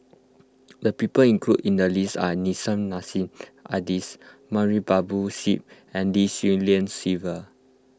the people included in the list are Nissim Nassim Adis Babu Sahib and Lim Swee Lian Sylvia